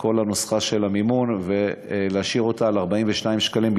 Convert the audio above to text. כל הנוסחה של המימון ולהשאיר אותה על 42 שקלים,